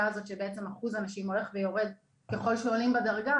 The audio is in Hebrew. הזאת שבעצם אחוז הנשים הולך ויורד ככל שעולים בדרגה,